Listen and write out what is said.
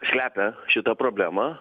slepia šitą problemą